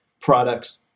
products